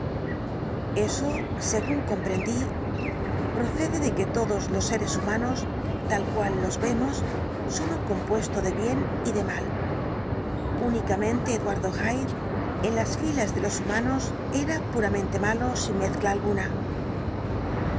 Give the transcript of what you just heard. eso según comprendí procede de que todos los seres humanos tal cual los vemos son un compuesto de bien y de mal únicamente eduardo hyde en las filas de los humanos era puramente malo sin mezcla ninguna